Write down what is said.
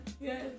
Yes